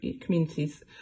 communities